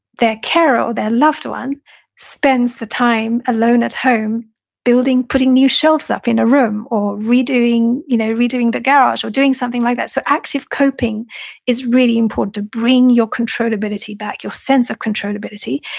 carer or their loved one spends the time alone at home building, putting new shelves up in a room or redoing you know redoing the garage or doing something like that so active coping is really important to bring your controllability back, your sense of controlability.